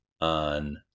on